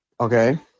Okay